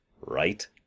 right